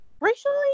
Racially